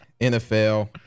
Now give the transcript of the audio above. NFL